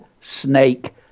snake